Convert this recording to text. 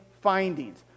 findings